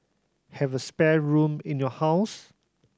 have a spare room in your house